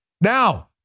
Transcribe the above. Now